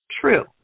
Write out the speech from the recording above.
True